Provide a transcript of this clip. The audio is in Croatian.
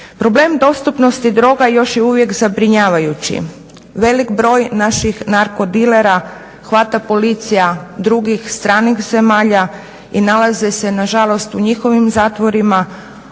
Problem dostupnosti droga još je uvijek zabrinjavajući. Velik broj naših narkodilera hvata Policija drugih stranih zemalja i nalaze se nažalost u njihovim zatvorima,